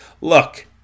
Look